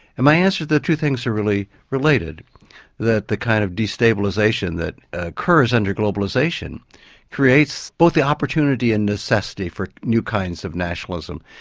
and my answer to the two things are really related that the kind of destabilisation that occurs under globalisation creates both the opportunity and necessity for new kinds of nationalism.